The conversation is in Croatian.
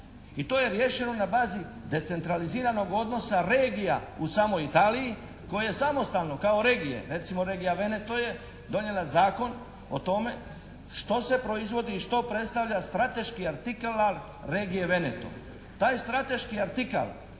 I to je riješeno na bazi decentraliziranog odnosa regija u samoj Italiji koje samostalno kao regije, recimo regija Veneto je donijela zakon o tome što se proizvodi i što predstavlja strateški artikl regije Veneto. Taj strateški artikl